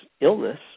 illness